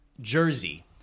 jersey